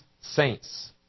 saints